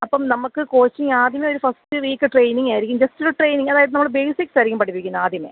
അപ്പം നമുക്ക് കോച്ചിംഗ് ആദ്യമേ ഒരു ഫസ്റ്റ് വീക്ക് ട്രെയിനിംഗായിരിക്കും ജസ്റ്റ് ഒരു ട്രെയിനിംഗ് അതായത് നമ്മൾ ബേസിക്സായിരിക്കും പഠിപ്പിക്കുന്നത് ആദ്യമേ